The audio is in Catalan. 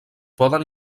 poden